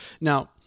Now